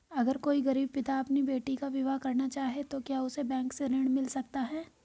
अगर कोई गरीब पिता अपनी बेटी का विवाह करना चाहे तो क्या उसे बैंक से ऋण मिल सकता है?